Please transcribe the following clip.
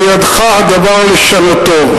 בידך הדבר לשנותו.